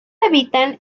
habitan